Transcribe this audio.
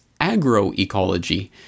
agroecology